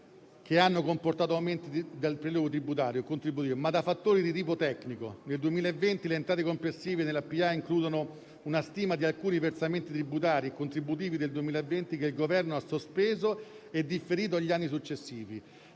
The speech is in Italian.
che hanno comportato aumento del prelievo tributario e contributivo, ma da fattori di tipo tecnico. Nel 2020 le entrate complessive nella pubblica amministrazione includono una stima di alcuni versamenti tributari e contributivi del 2020, che il Governo ha sospeso e differito agli anni successivi,